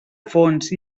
fons